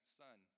son